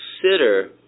consider